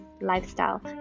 lifestyle